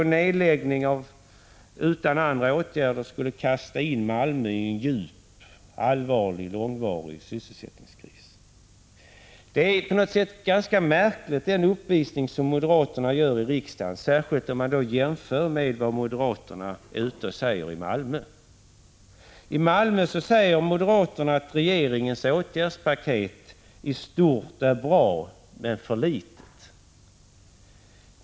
En nedläggning utan ersättningsåtgärder skulle kasta in Malmö i en djupt allvarlig och långvarig sysselsättningskris. Den uppvisning som moderaterna gör i riksdagen är ganska märklig, särskilt jämfört med vad moderaterna säger i Malmö. Där säger moderaterna att regeringens åtgärdspaket i stort är bra, men för litet.